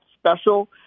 special